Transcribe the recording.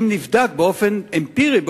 אם נבדק באופן אמפירי,